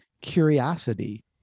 curiosity